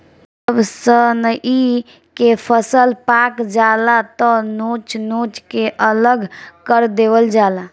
जब सनइ के फसल पाक जाला त नोच नोच के अलग कर देवल जाला